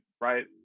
right